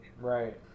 right